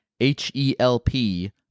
H-E-L-P